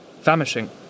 famishing